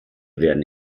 werden